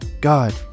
God